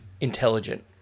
intelligent